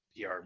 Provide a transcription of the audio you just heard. PR